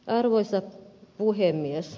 arvoisa puhemies